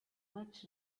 much